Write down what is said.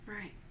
right